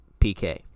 PK